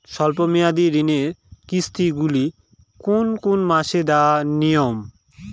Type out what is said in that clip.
স্বল্প মেয়াদি ঋণের কিস্তি গুলি কোন কোন মাসে দেওয়া নিয়ম?